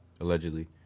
allegedly